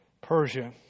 Persia